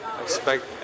expect